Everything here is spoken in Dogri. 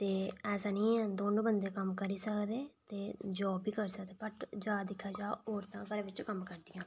ते ऐसा निं ऐ दौनें बंदे कम्म करी सकदे ते जॉब बी करी सकदे ते जादैतर दिक्खेआ औरत घरै बिच कम्म करदियां